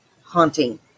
haunting